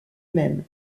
même